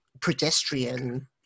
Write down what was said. pedestrian